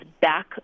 back